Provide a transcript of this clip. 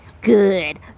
good